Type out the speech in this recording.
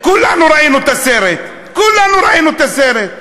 כולנו ראינו את הסרט, כולנו ראינו את הסרט.